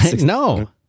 No